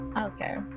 Okay